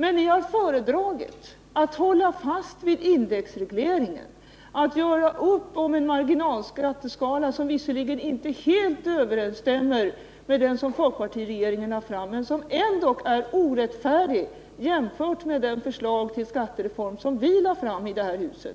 Men ni har föredragit att hålla fast vid indexregleringen och göra upp om en marginalskatteskala, som visserligen inte helt överensstämmer med den som folkpartiregeringen har lagt fram men som ändå är orättfärdig jämförd med det förslag till skattereform som vi har lagt fram i detta hus.